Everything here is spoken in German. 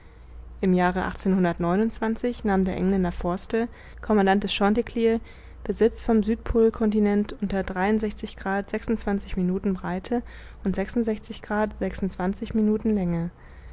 im jahre nahm der engländer forster commandant des chanticleer besitz vom südpol kontinent und minuten breite und